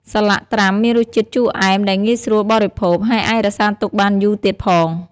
សាឡាក់ត្រាំមានរសជាតិជូរអែមដែលងាយស្រួលបរិភោគ ហើយអាចរក្សាទុកបានយូរទៀតផង។